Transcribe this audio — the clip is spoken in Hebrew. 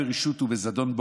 ברשעות ובזדון,